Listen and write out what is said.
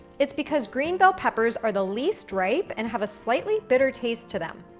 it's because green bell peppers are the least ripe and have a slightly bitter taste to them.